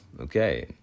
okay